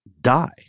die